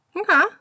Okay